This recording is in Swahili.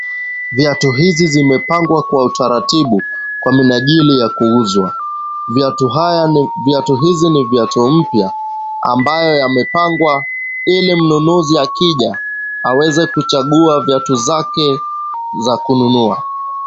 Viatu hizi zimepangwa kwa utaratibu kwa minajili ya kuuzwa. Viatu hizi ni viatu mpya ambayo yamepangwa ili mnunuzi akija aweze kuchagua viatu zake za kununua.